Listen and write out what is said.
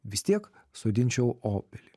vis tiek sodinčiau obelį